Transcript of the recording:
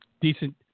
Decent